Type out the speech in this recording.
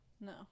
No